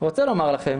רוצה לומר לכם,